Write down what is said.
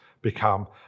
become